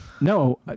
No